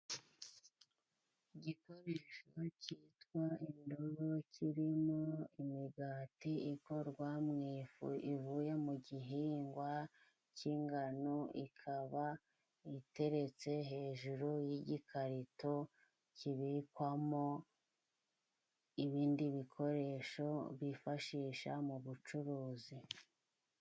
Igikoresho cyitwa indobo kirimo imigati ikorwa mu ifu ivuye mu gihingwa cy'ingano. Ikaba iteretse hejuru y'igikarito kibikwamo ibindi bikoresho bifashisha mu bucuruzi.